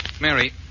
Mary